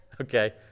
Okay